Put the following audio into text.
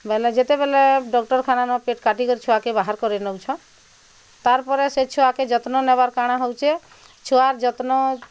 ବଇଲେ ଯେତେବେଲେ ଡାକ୍ତରଖାନା ନ ପେଟ୍ କାଟିକରି ଛୁଆକେ ବାହାର୍ କରେଇ ନେଉଛ ତାର୍ ପରେ ସେ ଛୁଆକେ ଯତ୍ନ ନେବାର୍ କାଣା ହଉଛେ ଛୁଆର୍ ଯତ୍ନ